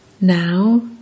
Now